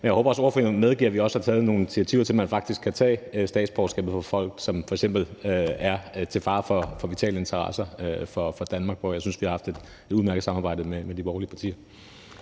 jeg håber også, at spørgeren medgiver, at vi også har taget initiativ til, at man faktisk kan tage statsborgerskabet fra folk, som f.eks. er til fare for vitale interesser for Danmark, og her synes jeg vi har haft et udmærket samarbejde med de borgerlige partier.